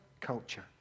culture